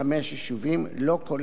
לא כולל ערים מעורבות,